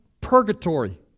purgatory